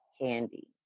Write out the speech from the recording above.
candy